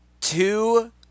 two